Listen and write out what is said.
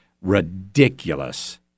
ridiculous